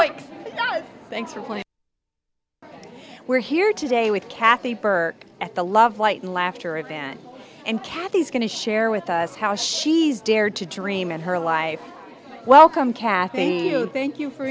point we're here today with kathy burke at the love light and laughter again and kathy's going to share with us how she's dared to dream and her life welcome kathy thank you for